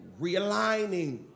realigning